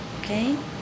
Okay